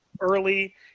early